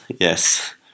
yes